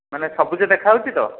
ମାନେ ସବୁଜ ଦେଖାଯାଉଛି ତ